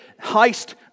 heist